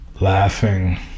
laughing